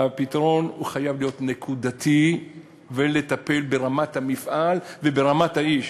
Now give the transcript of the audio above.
הפתרון חייב להיות נקודתי ולטפל ברמת המפעל וברמת האיש.